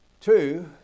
Two